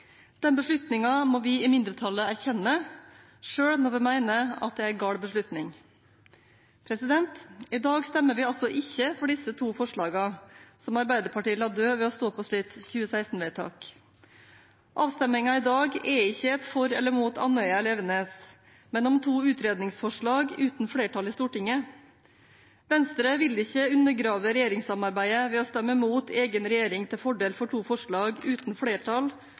Den beslutningen må vi i mindretallet erkjenne, selv om vi mener at det er en gal beslutning. I dag stemmer vi altså ikke for disse to forslagene som Arbeiderpartiet la døde ved å stå på sitt 2016-vedtak. Avstemningen i dag er ikke et for eller imot Andøya eller Evenes, men en avstemning om to utredningsforslag uten flertall i Stortinget. Venstre vil ikke undergrave regjeringssamarbeidet ved å stemme mot egen regjering til fordel for to forslag uten flertall